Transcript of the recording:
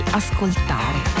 ascoltare